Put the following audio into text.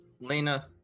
Lena